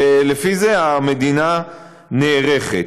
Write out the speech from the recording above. ולפי זה המדינה נערכת.